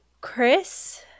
Chris